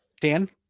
Dan